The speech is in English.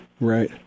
Right